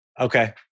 Okay